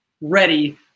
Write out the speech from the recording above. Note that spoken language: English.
ready